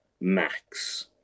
max